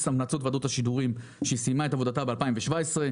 המלצות ועדת השידורים שסיימה את עבודתה ב-2017.